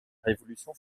révolution